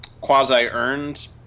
quasi-earned